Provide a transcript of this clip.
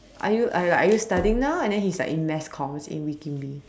are you are like are you studying now and then he's like in mass comm he's in Wee-Kim-Wee